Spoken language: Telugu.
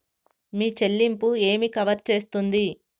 మీ చెల్లింపు ఏమి కవర్ చేస్తుంది?